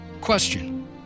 question